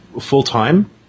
full-time